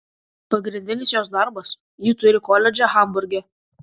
pagrindinis jos darbas ji turi koledžą hamburge